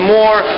more